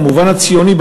במובן הציוני,